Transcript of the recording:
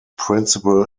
principal